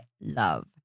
love